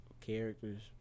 characters